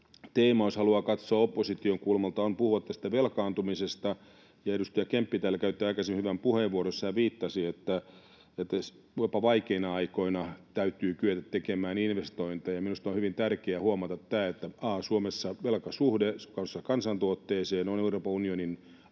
teema, jos haluaa katsoa opposition kulmalta, on puhua tästä velkaantumisesta. Edustaja Kemppi täällä käytti aikaisemmin hyvän puheenvuoron, jossa hän viittasi, että jopa vaikeina aikoina täytyy kyetä tekemään investointeja. Minusta on hyvin tärkeä huomata tämä, että ensiksi, Suomessa velka suhteessa kansantuotteeseen on Euroopan unionin alhaisinta